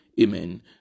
Amen